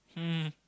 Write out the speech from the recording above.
hmm